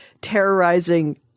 terrorizing